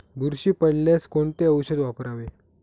बुरशी पडल्यास कोणते औषध वापरावे?